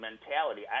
mentality